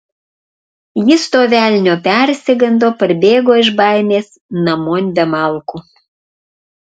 jis to velnio persigando parbėgo iš baimės namon be malkų